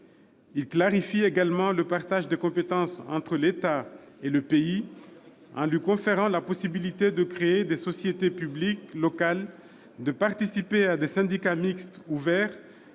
Ils clarifient également le partage des compétences entre l'État et le pays, en conférant à ce dernier la possibilité de créer des sociétés publiques locales, de participer à des syndicats mixtes ouverts,